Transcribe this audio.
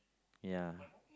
ya